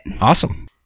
Awesome